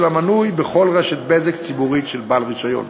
המנוי בכל רשת בזק ציבורית של בעל רישיון.